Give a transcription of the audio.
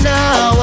now